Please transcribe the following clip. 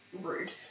Rude